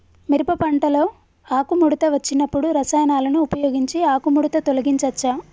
మిరప పంటలో ఆకుముడత వచ్చినప్పుడు రసాయనాలను ఉపయోగించి ఆకుముడత తొలగించచ్చా?